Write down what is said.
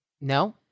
No